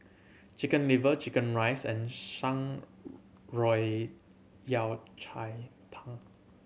Chicken Liver chicken rice and Shan Rui Yao Cai Tang